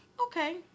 Okay